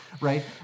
right